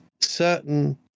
certain